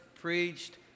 preached